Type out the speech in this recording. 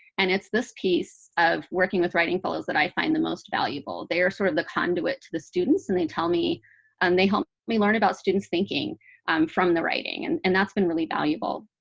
and it's this piece of working with writing fellows that i find the most valuable. they are sort of the conduit to the students and they tell me and they help me learn about students' thinking from the writing. and and that's been really valuable.